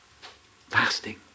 fasting